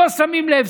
לא שמים לב,